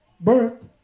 birth